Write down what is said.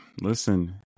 listen